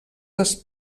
les